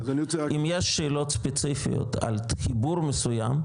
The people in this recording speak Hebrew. אם יש שאלות ספציפיות על חיבור מסוים,